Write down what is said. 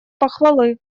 похвалы